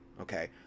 okay